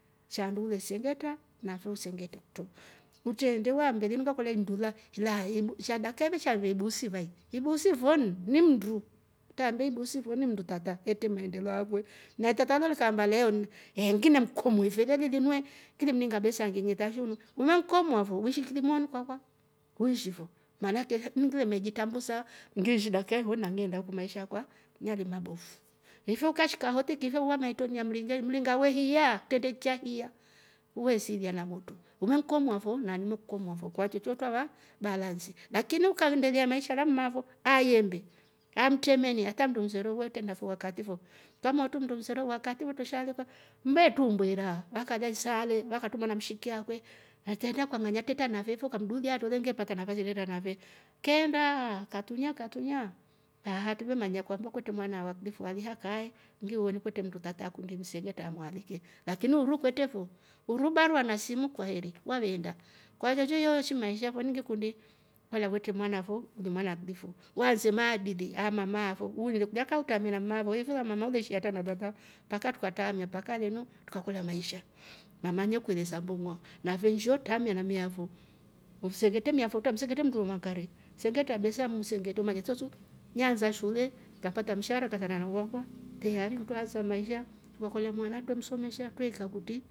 Chandulwe sengeta nafu sengeta kto uchenjewa mbeninga kolei ndula ilahe ebo shadaka emishave ebusivae ibusi vwon ni mndu tambei ibusu vwomni mndutata ete mhendelwa klwe nataka kama lukambala leoni he nkine mkumuife ivege lilmwe kijimninga besa ngijinga shaulu umamkomwa vo wishikilmwa nkwakwa wishifo maana ake ehh mndue mejitambusa ngishida dake hurn nangeenda ukmesha kwa nyale mabofu. ifu kashka hoti ikive uwana itomiamringai mlinga wehia ndende ncha hia uwesilia na moto umemkomwavo na nimekukomoavo kwa chocho tawa balansi lakini ukaembelea maisha lammavo ayembe amtemenia hata ndumsero wete nafuwa katifo kama hurtu ndu msurowa wakati hutushalekwa mbetumbe mbwera wakaja isale wakatuma na mshikia ngwe atera kwamanya tetwa navevioka kamdulia tole ngepata nafasi irerenave keenda ahh katunya katunya kahatu tuvemanya kwa muwa kute mwana waklifu waliha kae ngiu wene kwete mndutate kundi mselia taamwaleke lakini hurukweete fo hurubarwa na simu kwaheri waveenda kwa zchoshio shimu maisha vo ningekundi holwa vete mwana fo hulumwa aklifu waanze maadili amama vo hurulile kujakauka mmelamavo ifelwa mama huleshia hata na dada tukaka tukatamia mpaka leno tukakora maisha mamanywe kwele sambungwa na vesheo tamia namia vo ufsenegete mia fota msengete mnduo mankare sengeta besa msengeto manya tsousou nyaanza shule tapata mshahara tazarara huo tehare mtwa nswea maisha tukakoiya mwana tumsomesha tuweika puti.